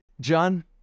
John